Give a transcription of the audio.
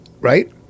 right